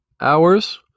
hours